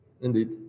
indeed